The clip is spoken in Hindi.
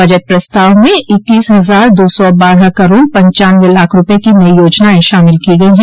बजट प्रस्ताव में इक्कीस हजार दो सौ बारह करोड़ पनचानवें लाख रूपये की नई योजनाएं शामिल की गई हैं